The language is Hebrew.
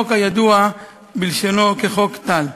חוק הידוע בלשונו כחוק טל.